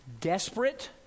desperate